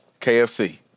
KFC